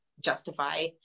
justify